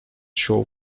show